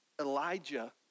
Elijah